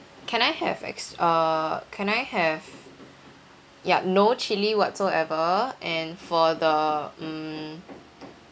can I have ex~ uh can I have yup no chili whatsoever and for the mm